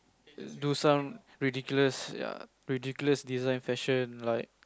do some ridiculous ya ridiculous design fashion like